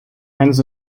hands